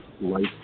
life